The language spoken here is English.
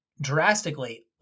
drastically